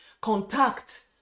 contact